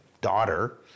daughter